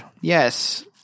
Yes